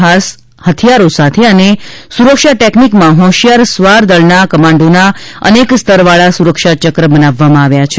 ખાસ હથિયારો સાથે અને સુરક્ષા ટેકનીકમાં હોશિયાર સ્વાર દળના કમાન્ડોના અનેક સ્તરવાળા સુરક્ષા ચક્ર બનાવવામાં આવ્યા છે